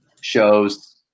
shows